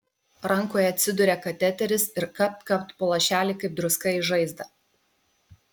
rankoje atsiduria kateteris ir kapt kapt po lašelį kaip druska į žaizdą